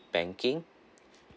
banking